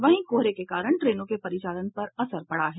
वहीं कोहरे के कारण ट्रेनों के परिचालन पर असर पड़ा है